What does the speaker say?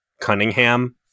Cunningham